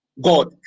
God